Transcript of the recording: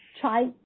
try